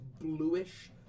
bluish